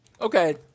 Okay